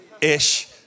ish